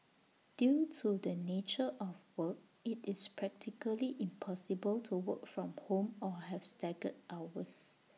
due to the nature of work IT is practically impossible to work from home or have staggered hours